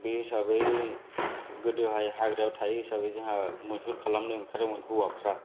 बे हिसाबै गोदो हाग्रायाव थायो हिसाबै जोंहा मैहुर खालामनो ओंखारोमोन हौवाफोरा